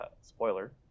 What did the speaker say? spoiler